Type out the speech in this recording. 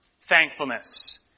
thankfulness